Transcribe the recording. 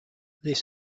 this